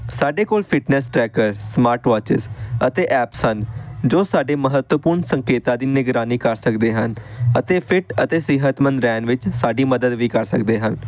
ਸਾਡੇ ਕੋਲ fitness tracker smart watches ਅਤੇ ਐਪਸ ਹਨ ਜੋ ਸਾਡੇ ਮਹੱਤਵਪੂਰਨ ਸੰਕੇਤਾਂ ਦੀ ਨਿਗਰਾਨੀ ਕਰ ਸਕਦੇ ਹਨ ਅਤੇ ਫਿਟ ਅਤੇ ਸਿਹਤਮੰਦ ਰਹਿਣ ਵਿੱਚ ਸਾਡੀ ਮਦਦ ਵੀ ਕਰ ਸਕਦੇ ਹਨ